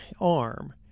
arm